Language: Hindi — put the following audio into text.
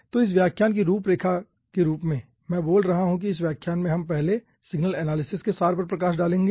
तो इस व्याख्यान की रूपरेखा के रूप में मैं बोल रहा हूँ कि इस व्याख्यान में हम पहले सिग्नल एनालिसिस के सार पर प्रकाश डालेंगे